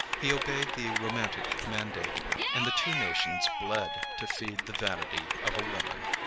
he obeyed the romantic mandate and the two nations bled to feed the vanity of a woman.